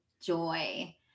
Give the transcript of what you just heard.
joy